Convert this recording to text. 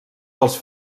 dels